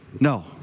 No